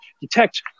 detect